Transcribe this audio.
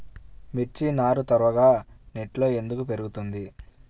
మిర్చి నారు త్వరగా నెట్లో ఎందుకు పెరుగుతుంది?